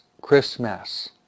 Christmas